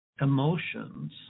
emotions